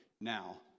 now